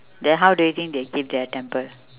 then how do you think they keep their temple